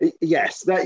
Yes